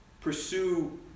pursue